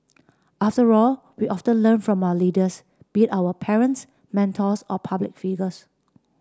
after all we often learn from our leaders be our parents mentors or public figures